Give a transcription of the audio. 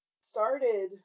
started